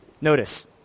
Notice